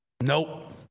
Nope